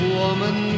woman